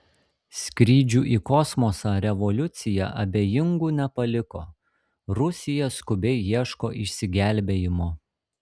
skrydžių į kosmosą revoliucija abejingų nepaliko rusija skubiai ieško išsigelbėjimo